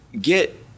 get